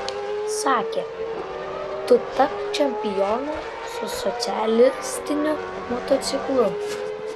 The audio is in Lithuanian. sakė tu tapk čempionu su socialistiniu motociklu